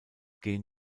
gehen